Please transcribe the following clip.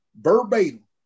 Verbatim